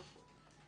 אלו"ט.